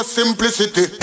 simplicity